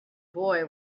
boy